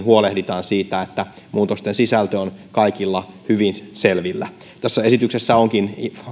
huolehditaan siitä että muutosten sisältö on kaikilla hyvin selvillä tässä esityksessä onkin